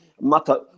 mata